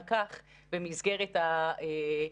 במצטבר,